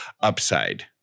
UPSIDE